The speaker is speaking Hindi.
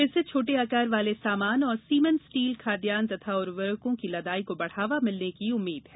इससे छोटे आकार वाले सामान और सीमेंट स्टील खाद्यान्न तथा उर्वरकों की लदाई को बढ़ावा मिलने की उम्मीद है